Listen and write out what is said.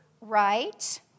right